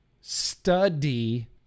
study